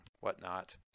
whatnot